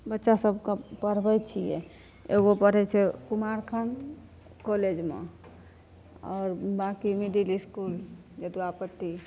बच्चा सबकऽ पढ़बै छियै एगो पढ़ै छै कुमारखंड कॉलेजमे आओर बाँकि मिडिल इसकुल जदवापट्टी